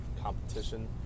competition